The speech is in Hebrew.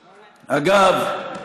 אגב,